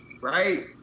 Right